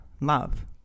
love